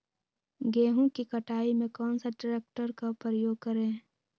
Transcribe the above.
गेंहू की कटाई में कौन सा ट्रैक्टर का प्रयोग करें?